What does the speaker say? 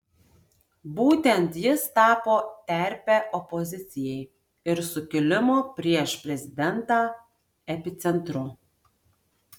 būtent jis tapo terpe opozicijai ir sukilimo prieš prezidentą epicentru